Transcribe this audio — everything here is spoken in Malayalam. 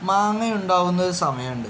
മാങ്ങ ഉണ്ടാവുന്ന ഒരു സമയം ഉണ്ട്